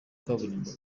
kaburimbo